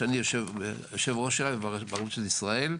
שאני יושב הראש שלה ברבנות של ישראל,